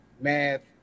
math